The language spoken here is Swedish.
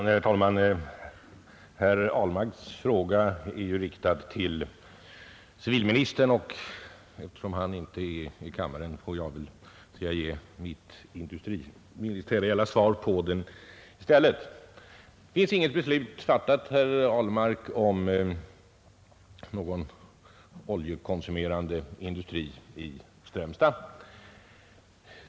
Herr talman! Herr Ahlmarks fråga är ju riktad till civilministern, och eftersom han inte är i kammaren skall jag ge mitt industriministeriella svar på den i stället. Det finns inget beslut fattat, herr Ahlmark, om någon oljekonsumerande industri i Strömstad.